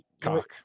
cock